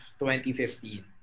2015